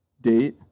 date